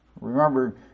remember